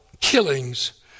killings